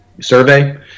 survey